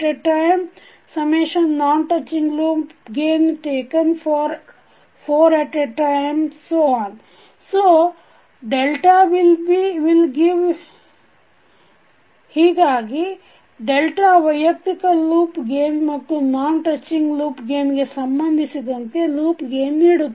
So will give you the loop gains ಹೀಗಾಗಿ ವೈಯಕ್ತಿಕ loop gain ಮತ್ತು ನಾನ್ ಟಚ್ಚಿಂಗ್ ಲೂಪ್ ಗೇನ್ ಸಂಬಂಧಿಸಿದಂತೆ loop gain ನೀಡುತ್ತದೆ